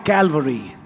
Calvary